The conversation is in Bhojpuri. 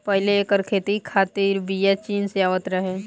पहिले एकर खेती खातिर बिया चीन से आवत रहे